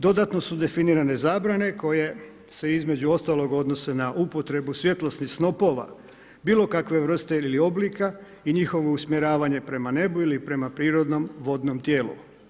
Dodatno su definirane zabrane koje se između ostalog odnose na upotrebu svjetlosnih snopova, bilo kakve vrste ili oblika i njihovo usmjeravanje prema nebu ili prema prirodnom vodnom tijelu.